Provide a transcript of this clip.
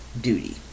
duty